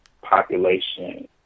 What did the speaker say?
population